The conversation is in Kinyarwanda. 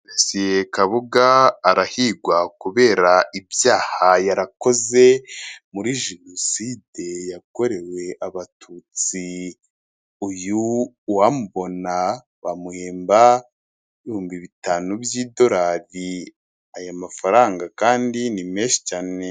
Felisiye Kabuga arahigwa kubera ibyaha yarakoze muri jenoside yakorewe abatutsi uyu uwamubona bamuhemba ibihumbi bitanu by'idorari aya mafaranga kandi ni menshi cyane.